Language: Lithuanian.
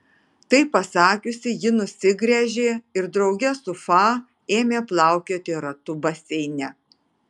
tai pasakiusi ji nusigręžė ir drauge su fa ėmė plaukioti ratu baseine